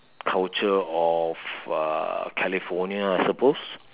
culture of uh California I suppose